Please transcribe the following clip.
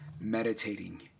meditating